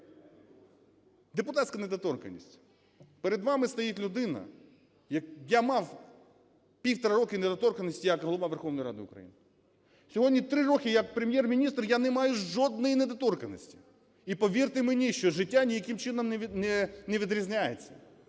депутатська недоторканність. Перед вами стоїть людина, я мав півтора роки недоторканності як Голова Верховної Ради України, сьогодні три роки як Прем'єр-міністр я не маю жодною недоторканності, і повірте мені, що життя ніяким чином не відрізняється.